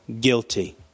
guilty